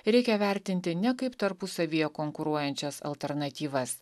reikia vertinti ne kaip tarpusavyje konkuruojančias alternatyvas